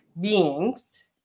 beings